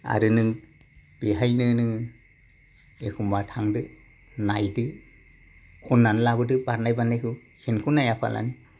आरो नों बेहायनो नोङो एखमबा थांदो नायदो खननानै लाबोदो बारनाय बारनायखौ सेनखौ नायाबालानो